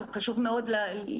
חשוב מאוד להראות את ההיבט הזה.